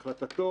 להחלטתו.